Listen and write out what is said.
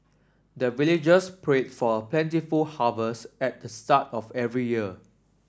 the villagers pray for plentiful harvest at the start of every year